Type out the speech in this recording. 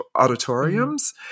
auditoriums